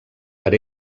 per